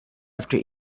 after